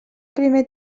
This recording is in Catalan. primer